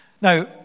Now